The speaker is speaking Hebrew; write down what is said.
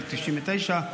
של 99,